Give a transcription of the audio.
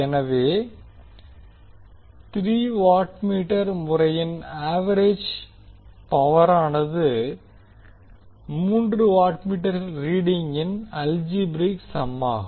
எனவே three wattmeter முறையின் average பவரானது மூன்று வாட்மீட்டர்களின் ரீடிங்கின் அல்ஜீபிரிக் சம்மாகும்